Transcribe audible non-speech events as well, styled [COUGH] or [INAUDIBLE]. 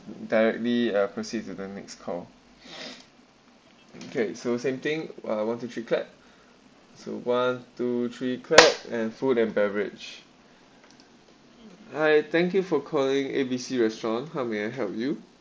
directly uh proceed to the next call [NOISE] okay so same thing uh one two three clap so one two three clap and food and beverage hi thank you for calling A_B_C restaurant how may I help you